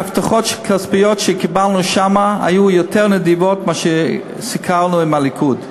ההבטחות הכספיות שקיבלנו שם היו יותר נדיבות מאשר סיכמנו עם הליכוד,